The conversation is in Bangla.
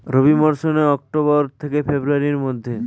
রবি মৌসুম অক্টোবর থেকে ফেব্রুয়ারির মধ্যে